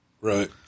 Right